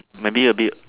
maybe a bit